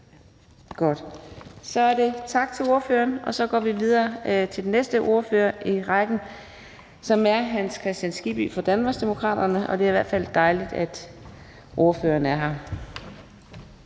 Godt. Tak til ordføreren, og så går vi videre til den næste ordfører i rækken, som er hr. Hans Kristian Skibby fra Danmarksdemokraterne. Det er dejligt, ordføreren er her.